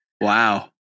Wow